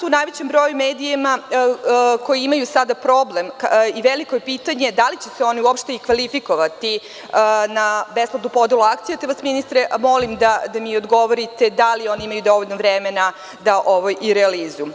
U najvećem broju su to mediji koji sada imaju problem i veliko je pitanje da li će se oni uopšte i kvalifikovati za besplatnu podelu akcija, te vas ministre molim da mi odgovorite da li oni imaju dovoljno vremena da ovo i realizuju?